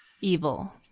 evil